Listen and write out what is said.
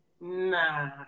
nah